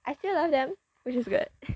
I still love them which is good